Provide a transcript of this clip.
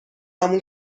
همون